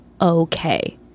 okay